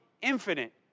infinite